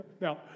Now